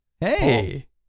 Hey